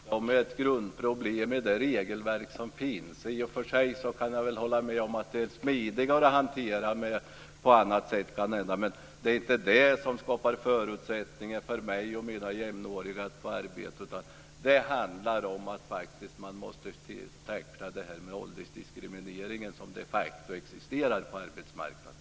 Fru talman! Återigen: Grundproblemet är inte det regelverk som finns. Jag kan väl i och för sig hålla med om att hanteringen kanhända kan bli smidigare, men det är inte det som skapar förutsättningar för mig och mina jämnåriga att få arbete. Det handlar om att man måste tackla den åldersdiskriminering som de facto existerar på arbetsmarknaden.